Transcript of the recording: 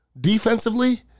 Defensively